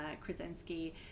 Krasinski